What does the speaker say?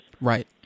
Right